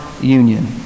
union